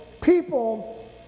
people